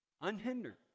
Unhindered